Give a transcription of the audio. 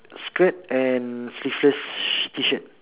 skirt and sleeveless shi~ T shirt